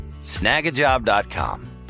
Snagajob.com